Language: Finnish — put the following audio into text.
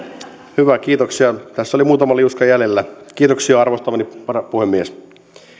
hyvä kiitoksia tässä oli muutama liuska jäljellä kiitoksia arvostamani varapuhemies